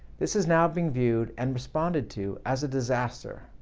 this is now being viewed and responded to as a disaster,